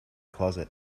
closet